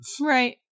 Right